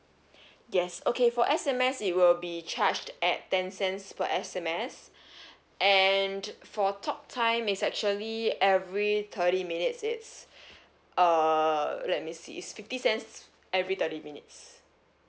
yes okay for S_M_S it will be charged at ten cents per S_M_S and for talk time is actually every thirty minutes it's uh let me see it's fifty cents every thirty minutes